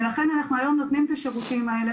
ולכן אנחנו היום נותנים את השירותים האלה,